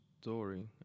story